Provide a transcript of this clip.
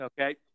Okay